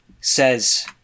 says